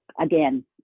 again